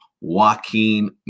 Joaquin